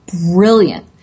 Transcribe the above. brilliant